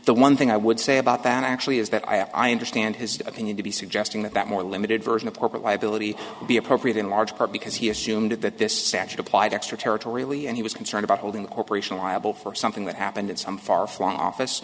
the one thing i would say about that actually is that i understand his opinion to be suggesting that that more limited version of corporate liability would be appropriate in large part because he assumed that this statute applied extraterritoriality and he was concerned about holding corporation liable for something that happened in some far flung office